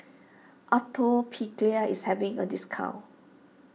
Atopiclair is having a discount